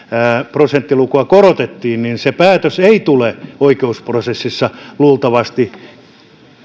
prosenttilukua korotettiin niin se päätös ei tule oikeusprosessissa luultavasti